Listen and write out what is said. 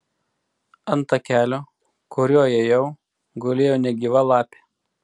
ant takelio kuriuo ėjau gulėjo negyva lapė